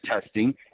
testing